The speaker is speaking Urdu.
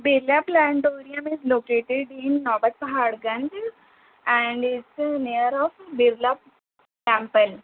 Birla planetarium is located in our Paharganj and is so near of Birla temple